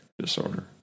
disorder